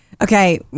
Okay